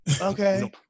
Okay